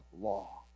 law